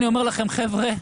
חבר'ה,